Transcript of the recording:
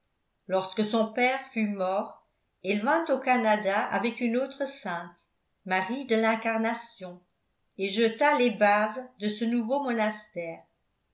lorsque son père fut mort elle vint au canada avec une autre sainte marie de l'incarnation et jeta les bases de ce nouveau monastère